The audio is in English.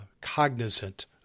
cognizant